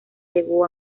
llegó